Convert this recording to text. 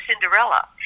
Cinderella